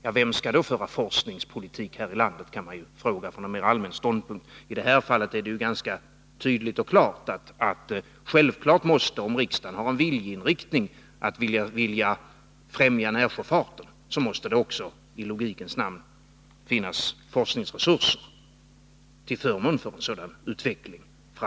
Vem skulle då föra forskningspolitik här i landet? kan man fråga från en mer allmän ståndpunkt. I det här fallet är det ju självklart, att om riksdagen har en viljeinriktning, att man skall främja närsjöfarten, måste det också i logikens namn finnas forskningsresurser framtagna till förmån för en sådan utveckling.